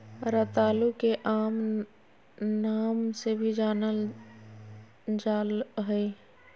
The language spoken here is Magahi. रतालू के आम नाम से भी जानल जाल जा हइ